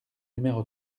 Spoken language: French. numéro